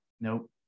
nope